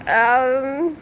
um